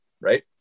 right